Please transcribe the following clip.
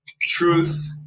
truth